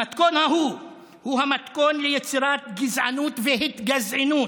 המתכון ההוא הוא המתכון ליצירת גזענות והתגזענות.